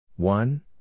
One